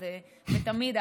ותמיד,